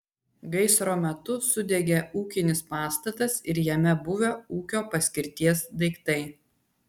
gaisro metu sudegė ūkinis pastatas ir jame buvę ūkio paskirties daiktai